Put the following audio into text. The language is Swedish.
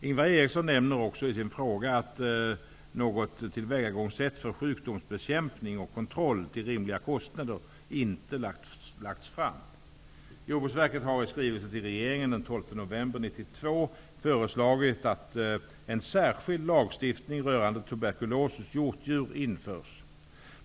Ingvar Eriksson nämner också i sin fråga att något tillvägagångssätt för sjukdomsbekämpning och kontroll till rimliga kostnader inte lagts fram. Jordbruksverket har i skrivelse till regeringen den 12 november 1992 föreslagit att en särskild lagstiftning rörande tuberkulos hos hjortdjur införs.